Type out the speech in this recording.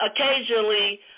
Occasionally